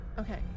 Okay